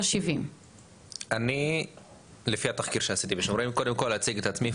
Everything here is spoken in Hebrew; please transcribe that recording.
אומר שיש 70. אני קודם כל אציג את עצמי.